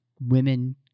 women